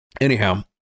Anyhow